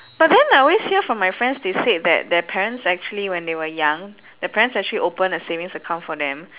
but then I always hear from my friends they said that their parents actually when they were young their parents actually open a savings account for them